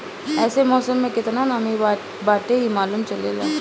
एसे मौसम में केतना नमी बाटे इ मालूम चलेला